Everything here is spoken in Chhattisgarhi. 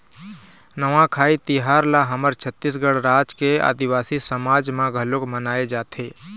नवाखाई तिहार ल हमर छत्तीसगढ़ राज के आदिवासी समाज म घलोक मनाए जाथे